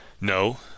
No